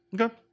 Okay